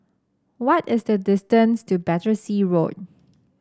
what is the distance to Battersea Road